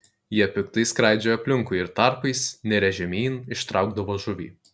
jie piktai skraidžiojo aplinkui ir tarpais nirę žemyn ištraukdavo žuvį